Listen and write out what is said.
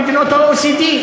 במדינות ה-OECD.